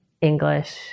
English